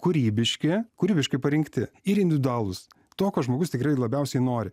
kūrybiški kūrybiškai parinkti ir individualūs to ko žmogus tikrai labiausiai nori